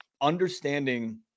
understanding